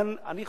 לכן אני חושב,